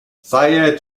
syed